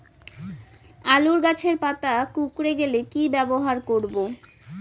আলুর গাছের পাতা কুকরে গেলে কি ব্যবহার করব?